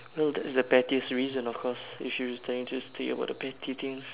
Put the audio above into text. no that's the pettiest reason of course you should technically state about the petty things